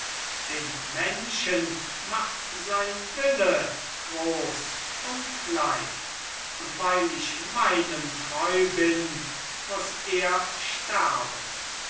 den menschen macht sein wille groß und klein und weil ich meinem treu bin muß er sterben